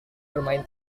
bermain